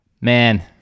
Man